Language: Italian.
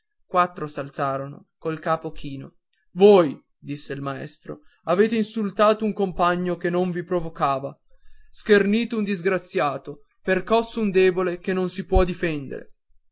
provocato quattro s'alzarono col capo chino voi disse il maestro avete insultato un compagno che non vi provocava schernito un disgraziato percosso un debole che non si può difendere